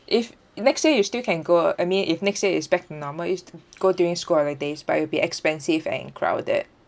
if next year you still can go I mean if next year is back to normal you still go during school holidays but it would be expensive and crowded